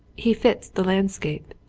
he fits the landscape.